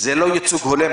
זה לא ייצוג הולם,